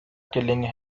killing